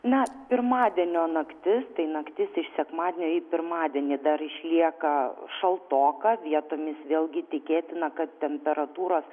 na pirmadienio naktis tai naktis iš sekmadienio į pirmadienį dar išlieka šaltoka vietomis vėlgi tikėtina kad temperatūros